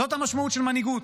זאת המשמעות של מנהיגות.